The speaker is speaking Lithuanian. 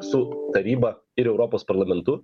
su taryba ir europos parlamentu